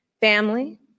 Family